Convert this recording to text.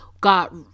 got